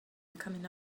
coming